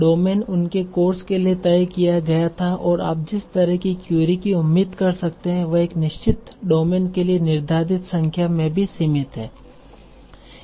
domain उनके course के लिए तय किया गया था और आप जिस तरह की क्वेरी की उम्मीद कर सकते हैं वह एक निश्चित डोमेन के लिए निर्धारित संख्या में भी सीमित है